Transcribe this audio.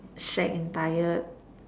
shag and tired